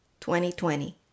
2020